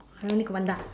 I only got one duck